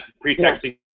pretexting